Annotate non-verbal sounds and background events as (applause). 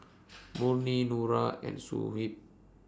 (noise) Murni Nura and Shuib